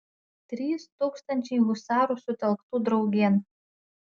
trys tūkstančiai husarų sutelktų draugėn